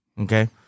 Okay